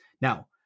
Now